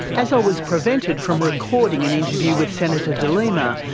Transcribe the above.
as i was prevented from recording an interview with senator de lima,